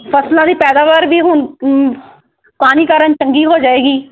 ਫਸਲਾਂ ਦੀ ਪੈਦਾਵਾਰ ਵੀ ਹੁਣ ਪਾਣੀ ਕਾਰਨ ਚੰਗੀ ਹੋ ਜਾਵੇਗੀ